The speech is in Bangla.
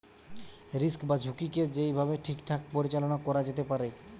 রিস্ক বা ঝুঁকিকে যেই ভাবে ঠিকঠাক পরিচালনা করা যেতে পারে